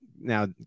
Now